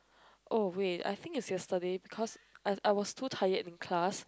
oh wait I think it's yesterday because I was too tired in class